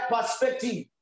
perspective